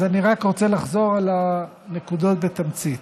אז אני רק רוצה לחזור על הנקודות בתמצית.